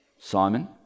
Simon